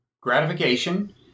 gratification